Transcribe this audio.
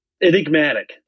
enigmatic